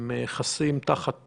הם חוסים תחת